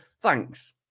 Thanks